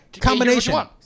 combination